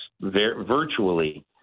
virtually